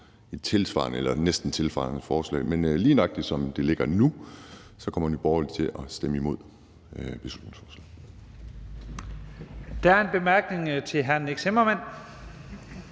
et tilsvarende eller næsten tilsvarende forslag. Men lige nøjagtig som det ligger nu, kommer Nye Borgerlige til at stemme imod beslutningsforslaget.